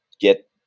get